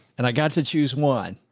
and i got to choose one.